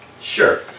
Sure